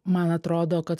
man atrodo kad